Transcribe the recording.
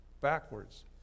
backwards